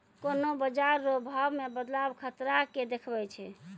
कोन्हों बाजार रो भाव मे बदलाव खतरा के देखबै छै